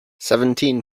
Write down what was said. seventeen